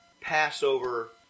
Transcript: Passover